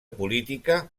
política